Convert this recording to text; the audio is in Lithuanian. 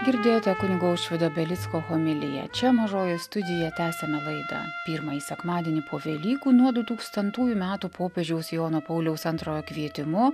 girdėjote kunigo aušvydo belicko homiliją čia mažoji studija tęsiam laidą pirmąjį sekmadienį po velykų nuo dutūkstantųjų metų popiežiaus jono pauliaus antrojo kvietimu